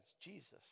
Jesus